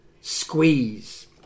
squeeze